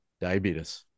Diabetes